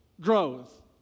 growth